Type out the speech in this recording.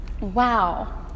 Wow